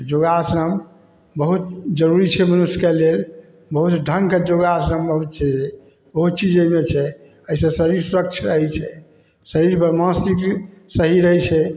योगासन बहुत जरूरी छै मनुष्यके लेल बहुत ढङ्गके योगासन बहुत छै बहुत चीज एहिमे छै एहिसँ शरीर स्वच्छ रहै छै शरीर बरमासी सही रहै छै